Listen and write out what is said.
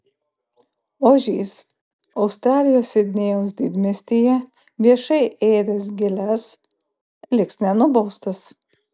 ožys australijos sidnėjaus didmiestyje viešai ėdęs gėles liks nenubaustas